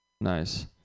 Nice